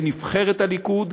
בנבחרת הליכוד,